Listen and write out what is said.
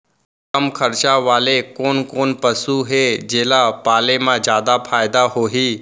कम खरचा वाले कोन कोन पसु हे जेला पाले म जादा फायदा होही?